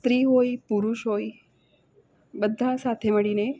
સ્ત્રી હોય પુરુષ હોય બધાં સાથે મળીને